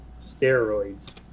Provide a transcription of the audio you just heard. Steroids